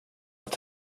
att